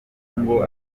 ngo